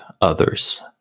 others